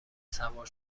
سوار